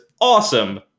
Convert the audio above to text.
awesome